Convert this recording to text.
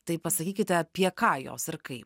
tai pasakykite apie ką jos ir kaip